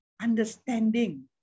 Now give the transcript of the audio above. understanding